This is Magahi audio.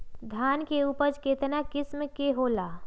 धान के उपज केतना किस्म के होला?